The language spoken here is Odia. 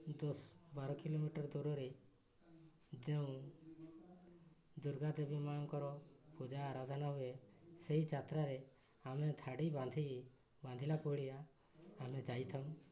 ଦଶ ବାର କିଲୋମିଟର ଦୂରରେ ଯେଉଁ ଦୁର୍ଗା ଦେବୀ ମାଙ୍କର ପୂଜା ଆରାଧନା ହୁଏ ସେଇ ଯାତ୍ରାରେ ଆମେ ଧାଡ଼ି ବାନ୍ଧି ବାନ୍ଧିଲା ଆମେ ଯାଇଥାଉ